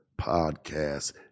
podcast